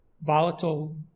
volatile